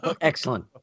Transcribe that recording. excellent